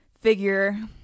figure